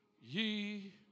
ye